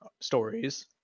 stories